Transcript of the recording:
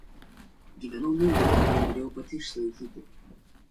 gyvenau miunchene turėjau pati išsilaikyti